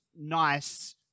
nice